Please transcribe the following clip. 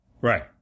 Right